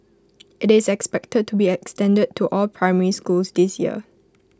IT is expected to be extended to all primary schools this year